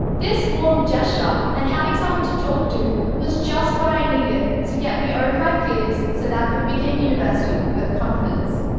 this warm gesture and having someone to talk to was just what i needed to get me over my fears so that i could begin university with confidence.